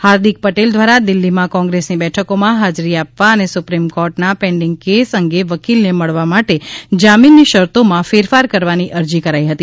હાર્દિક પટેલ દ્વારા દિલ્ફીમાં કોંગ્રસની બેઠકોમાં હાજરી આપવા અને સુપ્રીમ કોર્ટમાં પેન્ડિંગ કેસ અંગે વકીલને મળવા માટે જામીનની શરતોમાં ફેરફાર કરવા ની અરજી કરાઇ હતી